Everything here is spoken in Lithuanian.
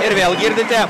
ir vėl girdite